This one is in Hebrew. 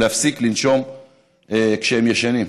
להפסיק לנשום כשהם ישנים,